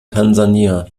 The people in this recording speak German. tansania